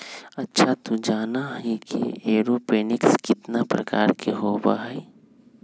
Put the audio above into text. अच्छा तू जाना ही कि एरोपोनिक्स कितना प्रकार के होबा हई?